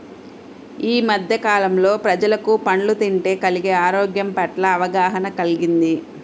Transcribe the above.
యీ మద్దె కాలంలో ప్రజలకు పండ్లు తింటే కలిగే ఆరోగ్యం పట్ల అవగాహన కల్గింది